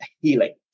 healing